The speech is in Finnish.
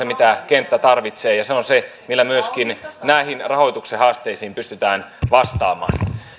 mitä kenttä tarvitsee ja se on se millä myöskin näihin rahoituksen haasteisiin pystytään vastaamaan